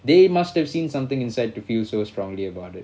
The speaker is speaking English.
they must have seen something inside to feel so strongly about it